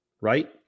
right